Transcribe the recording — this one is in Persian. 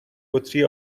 بطری